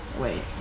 Wait